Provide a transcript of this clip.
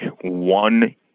one